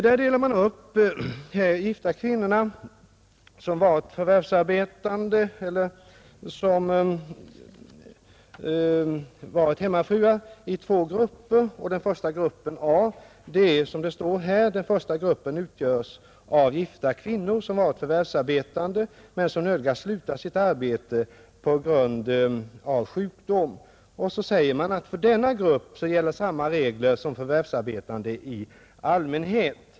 Där indelas de gifta kvinnor som är hemmafruar i två grupper. Den första gruppen utgörs av gifta kvinnor som varit förvärvsarbetande men som nödgats sluta sitt arbete på grund av sjukdom. För denna grupp gäller, heter det, samma regler som för förvärvsarbetande i allmänhet.